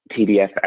TDF